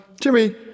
Jimmy